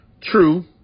True